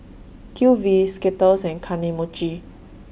Q V Skittles and Kane Mochi